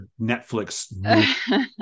Netflix